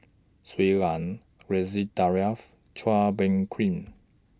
Shui Lan Ridzwan Dzafir Chua Bang Queen